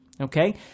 okay